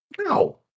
No